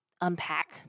unpack